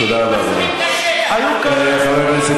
תודה רבה, אדוני.